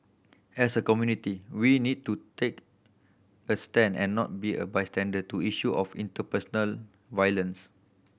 as a community we need to take a stand and not be a bystander to issue of interpersonal violence